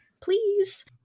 Please